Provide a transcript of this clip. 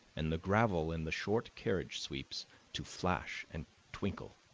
and the gravel in the short carriage sweeps to flash and twinkle.